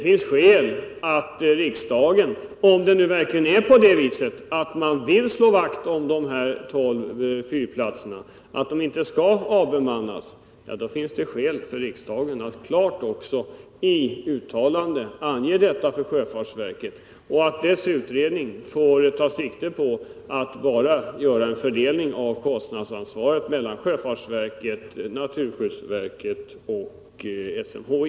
Om man nu verkligen vill slå vakt om de här 12 fyrplatserna och inte avser att avbemanna dem, ja, då finns det skäl att klart ange detta för sjöfartsverket och att i utredningsarbetet ta sikte på att bara göra en fördelning av kostnadsansvaret mellan sjöfartsverket, naturvårdsverket och SMHI.